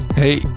Hey